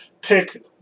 pick